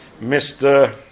Mr